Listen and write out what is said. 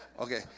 Okay